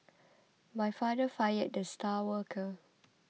my father fired the star worker